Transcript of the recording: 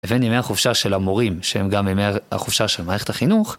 הבאנו ימי חופשה של המורים שהם גם ימי החופשה של מערכת החינוך.